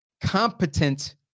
competent